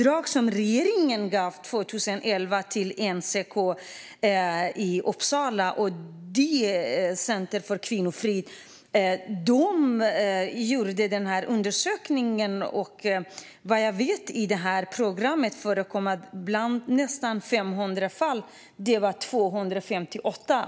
Regeringen gav 2011 ett uppdrag till NCK, Nationellt centrum för kvinnofrid, i Uppsala, att göra en undersökning.